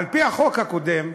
על-פי החוק הקודם,